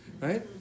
right